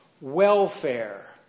welfare